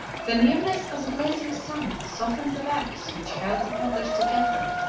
the nearness of the blazing sun softened the wax which held the feathers together,